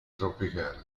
tropicali